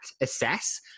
assess